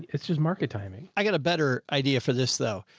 it's just market timing. i got a better idea for this though.